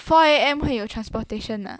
four A_M 会有 transportation ah